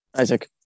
Isaac